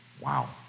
Wow